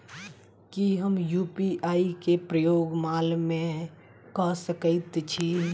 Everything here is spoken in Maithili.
की हम यु.पी.आई केँ प्रयोग माल मै कऽ सकैत छी?